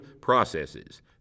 processes